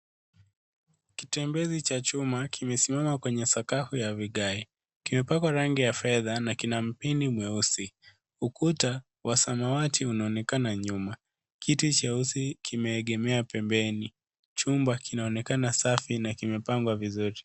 KItembezi cha chuma kimesimama kwenye sakafu ya vigae. Kimepakwa rangi ya fedha na kina mpini mweusi. Ukuta wa samawati unaonekana nyuma. Kiti cheusi kimeegemea pembeni. Chumba kinaonekana safi na kimepangwa vizuri.